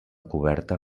coberta